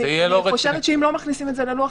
אני חושבת שאם לא מכניסים את זה ללוח